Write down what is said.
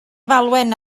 falwen